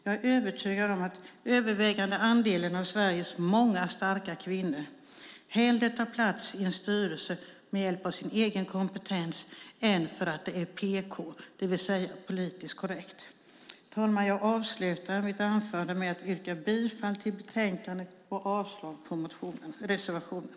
Jag är övertygad om att den övervägande andelen av Sveriges många starka kvinnor tar hellre plats i en styrelse som ett resultat av egen kompetens än för att det är PK, det vill säga politiskt korrekt. Herr talman! Jag avslutar mitt anförande med att yrka bifall till utskottets förslag i betänkandet och avslag på reservationerna.